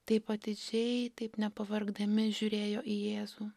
taip atidžiai taip nepavargdami žiūrėjo į jėzų